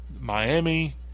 Miami